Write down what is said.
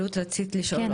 רות, רצית לשאול שאלה?